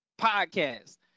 Podcast